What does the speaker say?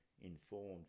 informed